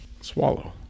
Swallow